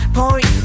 point